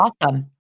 awesome